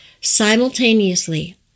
simultaneously